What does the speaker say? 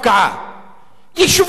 יישובים ערביים לכל דבר.